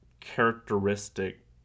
characteristic